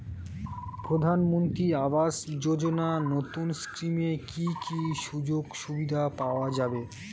প্রধানমন্ত্রী আবাস যোজনা নতুন স্কিমে কি কি সুযোগ সুবিধা পাওয়া যাবে?